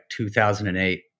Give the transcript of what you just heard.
2008